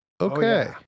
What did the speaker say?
Okay